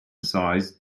size